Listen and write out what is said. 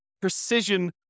precision